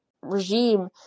regime